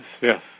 Yes